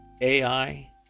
AI